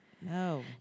No